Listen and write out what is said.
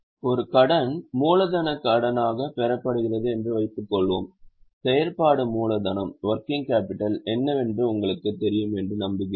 ஒரு கடன் மூலதனக் கடனாகப் பெறப்படுகிறது என்று வைத்துக்கொள்வோம் செயற்பாடு மூலதனம் என்னவென்று உங்களுக்குத் தெரியும் என்று நம்புகிறேன்